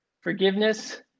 forgiveness